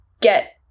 get